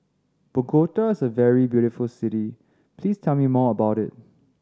Bogota is a very beautiful city please tell me more about it